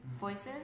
voices